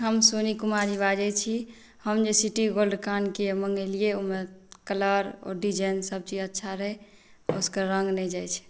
हम सोनी कुमारी बाजय छी हम जे सिटी गोल्ड कान के मंगेलीयै ओयमे कलर और डिजाइन सबचीज अच्छा रहय उसके रङ्ग नय जाय छय